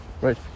right